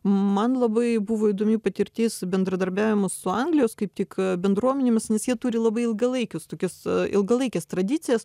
man labai buvo įdomi patirtis bendradarbiavimas su anglijos kaip tik bendruomenėmis nes jie turi labai ilgalaikius tokias ilgalaikes tradicijas